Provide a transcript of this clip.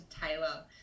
Taylor